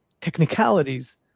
technicalities